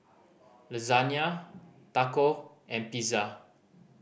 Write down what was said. Lasagna Taco and Pizza